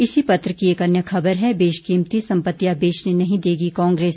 इसी पत्र की एक अन्य खबर है बेशकीमती सम्पत्तियां बेचने नहीं देगी कांग्रेस